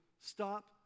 stop